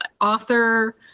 author